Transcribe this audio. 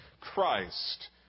Christ